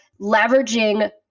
leveraging